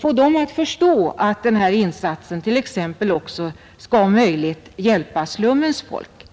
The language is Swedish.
få dem att förstå att den här insatsen om möjligt också skall hjälpa slummens folk.